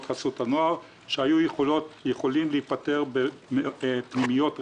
חסות הנוער שהיו יכולים להפנות לפנימיות רגילות.